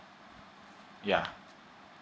ya